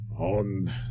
On